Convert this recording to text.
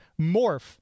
Morph